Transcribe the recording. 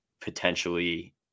potentially